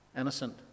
innocent